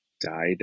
died